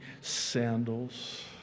sandals